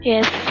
Yes